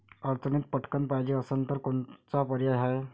अडचणीत पटकण पायजे असन तर कोनचा पर्याय हाय?